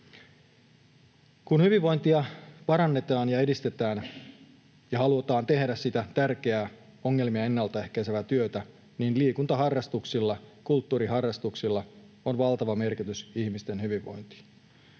Kun hyvinvointia parannetaan ja edistetään ja halutaan tehdä sitä tärkeää ongelmia ennaltaehkäisevää työtä, niin on hyvä huomioida, että liikuntaharrastuksilla ja kulttuuriharrastuksilla on valtava merkitys ihmisten hyvinvoinnille.